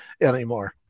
anymore